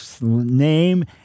name